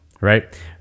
right